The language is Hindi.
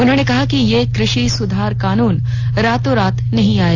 उन्होंने कहा कि ये कृषि सुधार कानून रातों रात नहीं आए